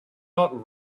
not